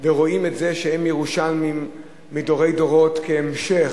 ורואים את זה שהם ירושלמים מדורי דורות כהמשך,